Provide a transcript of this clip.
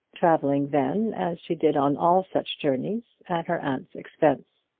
travelling then, as she did on all such journeys, at her aunt's expense.